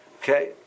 Okay